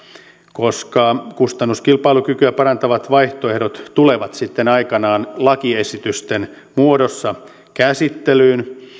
koska kustannuskilpailukykyä parantavat vaihtoehdot tulevat sitten aikanaan lakiesitysten muodossa käsittelyyn